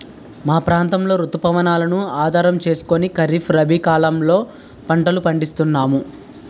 మా ప్రాంతంలో రుతు పవనాలను ఆధారం చేసుకుని ఖరీఫ్, రబీ కాలాల్లో పంటలు పండిస్తున్నాము